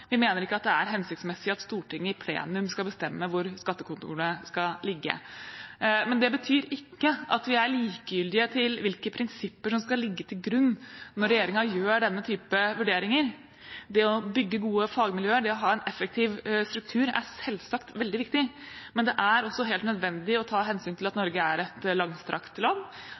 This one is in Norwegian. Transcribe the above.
Vi mener det ikke er hensiktsmessig at Stortinget i plenum skal bestemme hvor skattekontorene skal ligge. Men det betyr ikke at vi er likegyldige til hvilke prinsipper som skal ligge til grunn når regjeringen gjør denne type vurderinger. Det å bygge gode fagmiljøer, det å ha en effektiv struktur, er selvsagt veldig viktig, men det er også helt nødvendig å ta hensyn til at Norge er et langstrakt land.